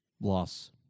Loss